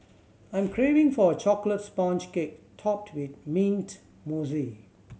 I am craving for a chocolate sponge cake topped with mint mousse